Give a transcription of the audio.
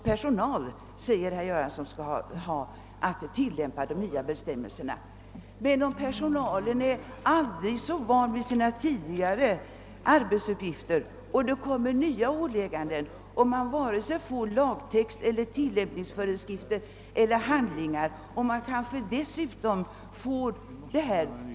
Personalen som skall tillämpa de nya bestämmelserna är van, säger herr Göransson, men även om personalen är aldrig så van vid sina tidigare uppgifter, kommer det nya ålägganden utan att man har fått vare sig lagtext eller tillämpningsföreskrifter eller andra handlingar.